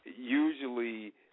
usually